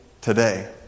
today